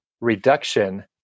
reduction